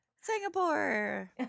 Singapore